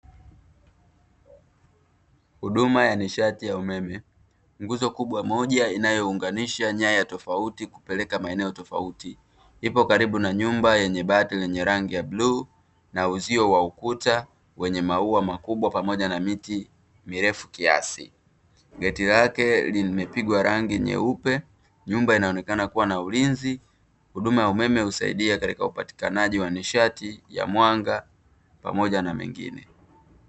Huduma ya nishati ya umeme. Nguzo kubwa moja inayounganisha nyaya tofauti kupeleka maeneo tofauti, ipo karibu na nyumba yenye bahati lenye rangi ya bluu na uzio wa ukuta wenye maua makubwa pamoja na miti mirefu kiasi. Geti lake limepigwa rangi nyeupe, nyumba inaonekana kuwa na ulinzi, huduma ya umeme husaidia katika upatikanaji wa nishati ya mwanga pamoja na mengine.